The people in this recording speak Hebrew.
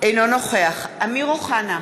אינו נוכח אמיר אוחנה,